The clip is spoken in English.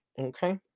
Okay